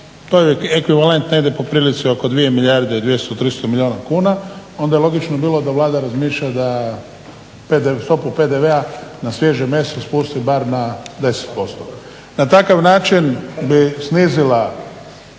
To je ekvivalent negdje po prilici oko 2 milijarde i 200, 300 milijuna kuna, onda je logično bilo da Vlada razmišlja da stopu PDV na svježe meso spusti bar na 10%. Na takav način bi snizila